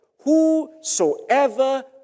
Whosoever